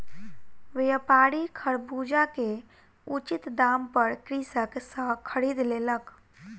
व्यापारी खरबूजा के उचित दाम पर कृषक सॅ खरीद लेलक